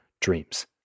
dreams